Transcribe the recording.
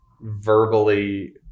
verbally